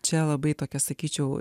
čia labai tokia sakyčiau